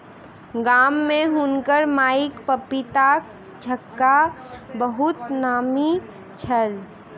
गाम में हुनकर माईक पपीताक झक्खा बहुत नामी छल